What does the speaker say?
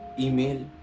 email.